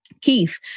Keith